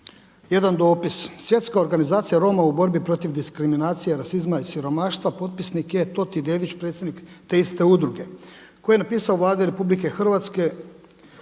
jedan dopis. Svjetska organizacija Roma u borbi protiv diskriminacije, rasizma i siromaštva potpisnik je …/Govornik se ne razumije./… predsjednik te iste udruge koji je napisao Vladi Republike Hrvatske,